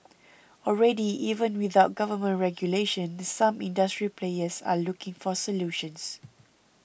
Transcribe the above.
already even without government regulation some industry players are looking for solutions